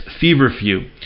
feverfew